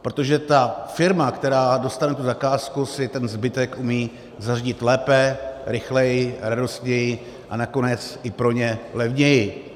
Protože ta firma, která dostane tu zakázku, si ten zbytek umí zařídit lépe, rychleji, radostněji a nakonec i pro ně levněji.